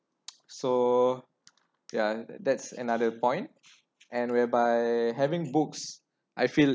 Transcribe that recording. so yeah that's another point and whereby having books I feel